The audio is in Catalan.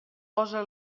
posa